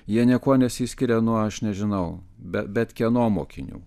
jie niekuo nesiskiria nuo aš nežinau bet bet kieno mokinių